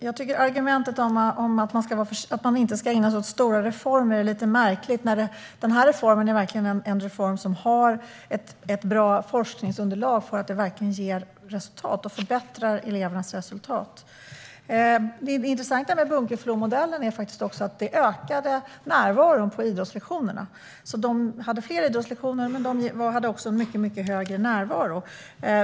Herr talman! Jag tycker att argumentet att man inte ska ägna sig åt stora reformer är lite märkligt. Detta är en reform som har ett bra forskningsunderlag som visar att den verkligen förbättrar elevernas resultat. Det som är intressant med Bunkeflomodellen är att närvaron på idrottslektionerna ökade. De hade alltså fler idrottslektioner men också en mycket högre närvaro.